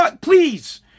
Please